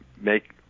make